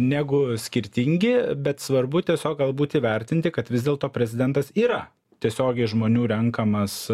negu skirtingi bet svarbu tiesiog galbūt įvertinti kad vis dėlto prezidentas yra tiesiogiai žmonių renkamas